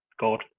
God